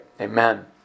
Amen